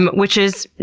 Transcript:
which is,